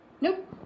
Nope